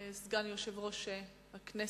סגן יושב-ראש הכנסת,